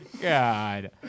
God